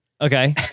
Okay